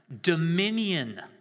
dominion